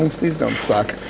and please don't suck